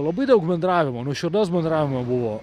labai daug bendravimo nuoširdaus bendravimo buvo